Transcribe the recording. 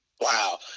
Wow